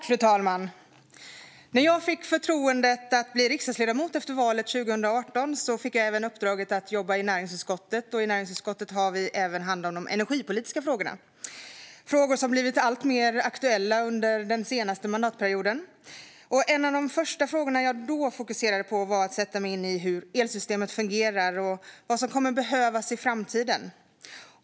Fru talman! När jag efter valet 2018 fick förtroendet att bli riksdagsledamot fick jag även uppdraget att jobba i näringsutskottet. I näringsutskottet har vi hand om de energipolitiska frågorna, som har blivit alltmer aktuella den senaste mandatperioden. En av de första frågorna jag fokuserade på att sätta mig in i var hur elsystemet fungerar och vad som kommer att behövas i framtiden.